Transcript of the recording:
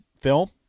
film